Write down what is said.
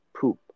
poop